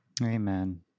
Amen